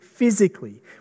physically